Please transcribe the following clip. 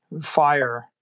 fire